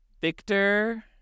Victor